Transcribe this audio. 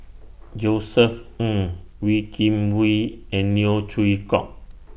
Josef Ng Wee Kim Wee and Neo Chwee Kok